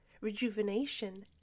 rejuvenation